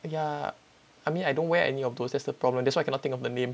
yeah I mean I don't wear any of those that's the problem that's why I cannot think of the name